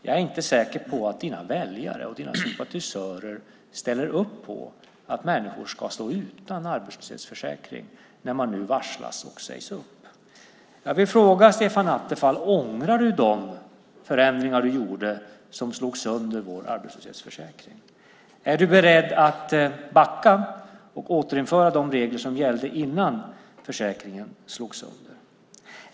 Jag är inte säker på att dina väljare och dina sympatisörer ställer upp på att människor ska stå utan arbetslöshetsförsäkring när man nu varslas och sägs upp. Jag vill fråga Stefan Attefall: Ångrar du de förändringar du gjorde som slog sönder vår arbetslöshetsförsäkring? Är du beredd att backa och återinföra de regler som gällde innan försäkringen slogs sönder?